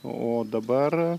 o dabar